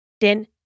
Den